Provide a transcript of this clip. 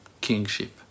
kingship